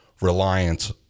reliance